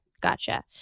Gotcha